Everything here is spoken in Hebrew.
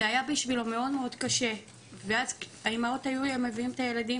זה היה בשבילו מאוד מאוד קשה ואז האימהות היו מביאות את הילדים